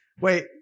wait